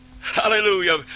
Hallelujah